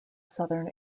southern